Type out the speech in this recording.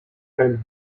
and